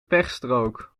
pechstrook